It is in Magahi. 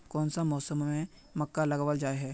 कोन सा मौसम में मक्का लगावल जाय है?